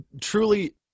truly